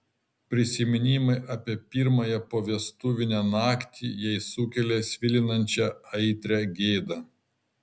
prisiminimai apie pirmąją povestuvinę naktį jai sukelia svilinančią aitrią gėdą